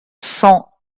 cent